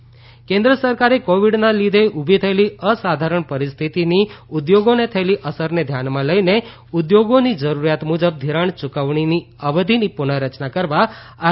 RBI ધિરાણ કેન્દ્ર સરકારે કોવિડના લીધે ઊભી થયેલી અસાધારણ પરિસ્થિતિની ઉદ્યોગોને થયેલી અસરને ધ્યાનમાં લઈને ઉદ્યોગોની જરૂરિયાત મુજબ ઘિરાણ યૂકવણીની અવધીની પુનઃ રચના કરવા આર